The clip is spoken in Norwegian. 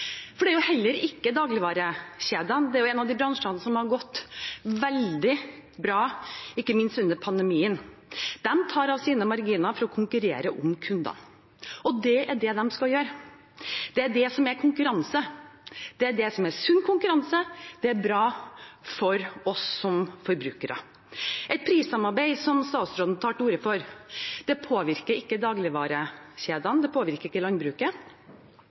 For det er jo heller ikke dagligvarekjedene. Det er en av de bransjene som har gått veldig bra, ikke minst under pandemien. De tar av sine marginer for å konkurrere om kunder, og det er det de skal gjøre. Det er det som er konkurranse. Det er det som er sunn konkurranse. Det er bra for oss som forbrukere. Et prissamarbeid som det statsråden tar til orde for, påvirker ikke dagligvarekjedene, det påvirker ikke landbruket,